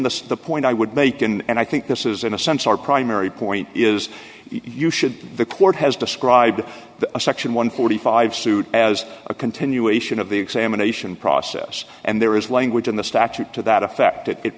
the the point i would make and i think this is in a sense our primary point is you should the court has described the section one hundred and five suit as a continuation of the examination process and there is language in the statute to that effect if it